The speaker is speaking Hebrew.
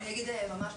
שלום,